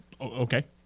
Okay